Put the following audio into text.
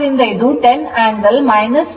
ಆದ್ದರಿಂದ ಇದು 10 angle 53